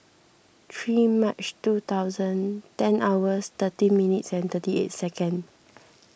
three March two thousand ten hours thirteen minutes and thirty eight second